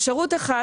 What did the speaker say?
אפשרות אחת,